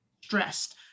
stressed